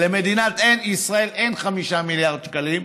ולמדינת ישראל אין 5 מיליארד שקלים,